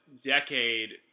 decade